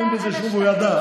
אין בזה שום, הוא ידע.